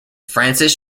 francis